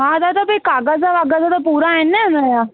हा दादा त इहे काग़ज़ वाग़ज़ त पूरा आहिनि न हिनजा